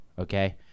Okay